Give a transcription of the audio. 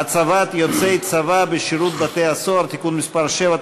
(הצבת יוצאי צבא בשירות בתי-הסוהר) (תיקון מס' 7),